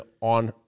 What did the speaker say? on